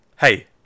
Hey